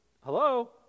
Hello